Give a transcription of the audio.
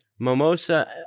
Mimosa